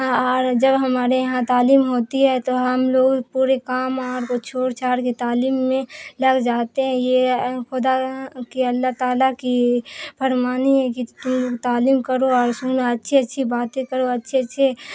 اور جب ہمارے یہاں تعلیم ہوتی ہے تو ہم لوگ پورے کام وام کو چھوڑ چھاڑ کی تعلیم میں لگ جاتے ہیں یہ خدا کہ اللہ تعالیٰ کی فرمانی ہے کہ تعلیم کرو اور سنو اچھی اچھی باتیں کرو اچھے اچھے